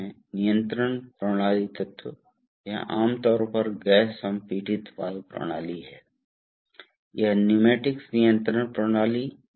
तो आप यहाँ हैं मेरा मतलब फायदा यह है कि आपके पास स्थिति बल वेग आदि का एक स्टेप लेस नियंत्रण है